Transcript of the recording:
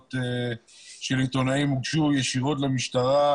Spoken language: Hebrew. תלונות של עיתונאים שהוגשו למשטרה,